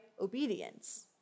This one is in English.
obedience